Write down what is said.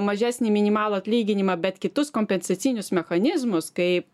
mažesnį minimalų atlyginimą bet kitus kompensacinius mechanizmus kaip